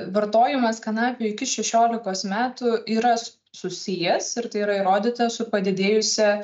vartojimas kanapių iki šešiolikos metų yra susijęs ir tai yra įrodyta su padidėjusia